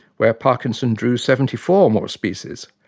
where parkinson drew seventy four more species,